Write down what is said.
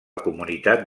comunitat